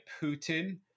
Putin